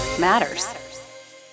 Matters